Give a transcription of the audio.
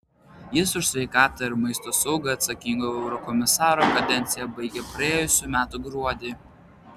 jis už sveikatą ir maisto saugą atsakingo eurokomisaro kadenciją baigė praėjusių metų gruodį